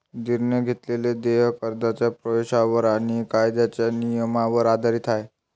निर्णय घेतलेले देय कर्जाच्या प्रवेशावर आणि कायद्याच्या नियमांवर आधारित आहे